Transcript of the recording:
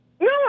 No